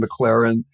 McLaren